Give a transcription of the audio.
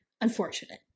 unfortunate